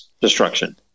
destruction